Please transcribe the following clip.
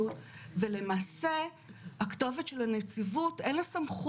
אבל אני רוצה לבוא ולומר שחשוב מאוד להסתכל על הנציבות של